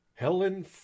Helen